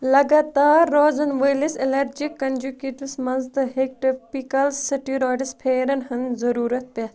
لَگاتار روزن وٲلِس الرجِک کنجوٗکیٹس منٛز تہِ ہٮ۪کہِ ٹاپیکل سِٹِرایڈٕس پھیٚرن ہٕنٛز ضروٗرت پِٮ۪تھ